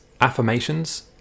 affirmations